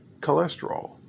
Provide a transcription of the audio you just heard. cholesterol